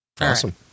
Awesome